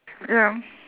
ya